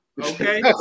Okay